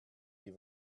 die